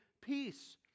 peace